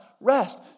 rest